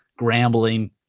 Grambling